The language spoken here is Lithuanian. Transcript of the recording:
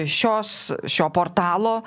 šios šio portalo